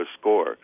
score